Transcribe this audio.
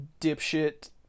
dipshit